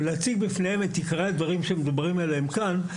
ולהציג בפניהם את עיקרי הדברים שמדוברים עליהם כאן,